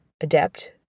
adept